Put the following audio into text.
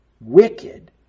wicked